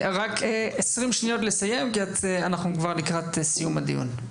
20 שניות לסיים כי אנחנו כבר לקראת סיום הדיון.